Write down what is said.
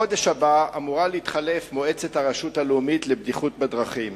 בחודש הבא אמורה להתחלף מועצת הרשות הלאומית לבטיחות בדרכים.